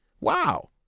Wow